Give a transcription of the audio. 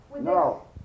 No